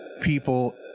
people